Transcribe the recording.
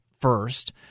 first